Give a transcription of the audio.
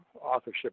authorship